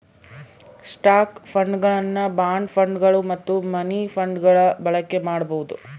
stock ಫಂಡ್ಗಳನ್ನು bond ಫಂಡ್ಗಳು ಮತ್ತು ಮನಿ ಫಂಡ್ಗಳ ಬಳಕೆ ಮಾಡಬೊದು